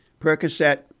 Percocet